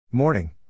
Morning